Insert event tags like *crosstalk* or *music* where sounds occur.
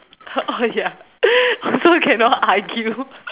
oh oh ya *laughs* so we cannot argue